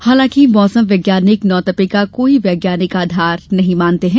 हालांकि मौसम वैज्ञानिक नवतपे का कोई वैज्ञानिक आधार नहीं मानते हैं